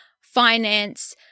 finance